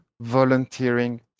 volunteering